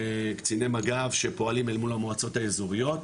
קציני מג"ב שפועלים אל מול המועצות האזוריות,